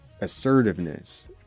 assertiveness